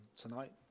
tonight